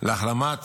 להחלמת